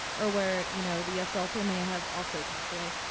or where you know the assaulter may have also passed away?